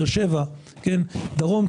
תל-אביב ובאר-שבע דרום,